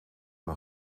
een